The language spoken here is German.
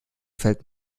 fällt